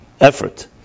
effort